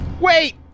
Wait